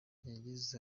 yageze